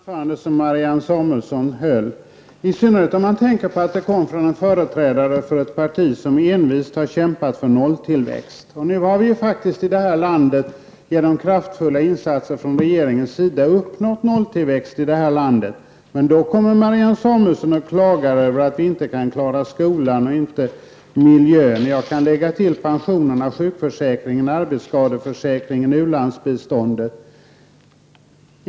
Herr talman! Marianne Samuelssons anförande här var mycket intressant -- i synnerhet som det gäller en företrädare för ett parti som envist har kämpat för nolltillväxt. Nu har vi i det här landet faktiskt genom kraftfulla insatser från regeringens sida uppnått nolltillväxt. Men då klagar Marianne Samuelsson över att vi inte klarar skolan och miljön. Jag kan i det sammanhanget lägga till pensionerna, sjukförsäkringen, arbetsskadeförsäkringen och u-landsbiståndet.